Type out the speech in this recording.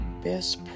best